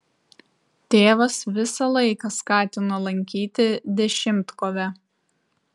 tėvas visą laiką skatino lankyti dešimtkovę